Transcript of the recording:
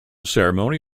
ceremony